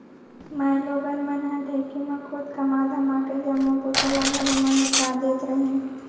माइलोगन मन ह ढेंकी म खुंद कमा धमाके जम्मो बूता ल घरे म निपटा देत रहिन